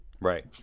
right